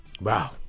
Wow